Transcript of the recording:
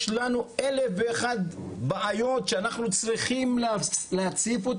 יש לנו אלף ואחת בעיות שאנחנו צריכים להציף,